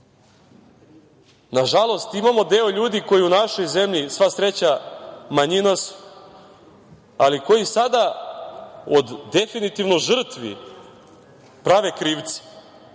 Nažalost, imamo deo ljudi koji u našoj zemlji, sva sreća, manjina su, ali koji od definitivno žrtvi prave krivce